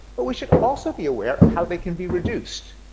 but we should also be aware of how they can be reduced,